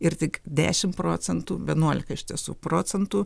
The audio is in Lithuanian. ir tik dešim procentų vienuolika iš tiesų procentų